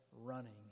running